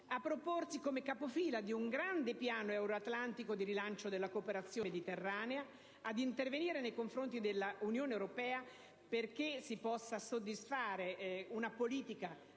a proporsi come capofila di un grande piano euro-atlantico di rilancio della cooperazione mediterranea e ad intervenire nei confronti dell'Unione europea perché si possa soddisfare una politica